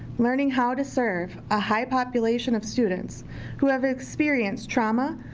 learning how to serve a high population of students who have experienced trauma,